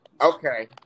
Okay